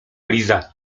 liza